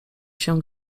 się